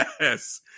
Yes